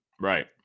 Right